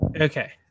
Okay